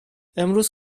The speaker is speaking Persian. امروز